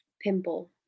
Pimple